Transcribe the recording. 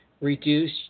reduce